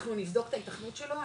אנחנו נבדוק את ההתכנות שלו.